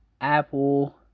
Apple